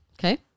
Okay